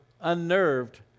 unnerved